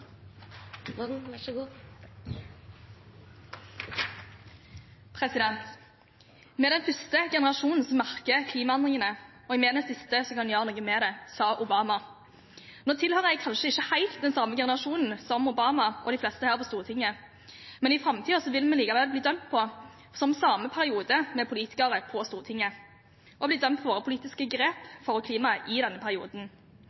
den første generasjonen som merker klimaendringene, og vi er den siste som kan gjøre noe med det, sa Obama. Nå tilhører jeg kanskje ikke helt den samme generasjonen som Obama og de fleste her på Stortinget, men i framtiden vil vi likevel, som samme periode med politikere på Stortinget, bli dømt for våre politiske grep for klimaet i denne perioden.